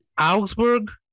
Augsburg